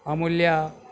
అమూల్య